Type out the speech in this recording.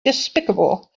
despicable